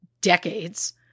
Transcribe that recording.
decades